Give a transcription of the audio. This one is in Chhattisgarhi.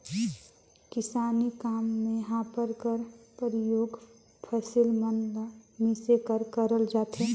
किसानी काम मे हापर कर परियोग फसिल मन ल मिसे बर करल जाथे